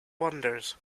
wonders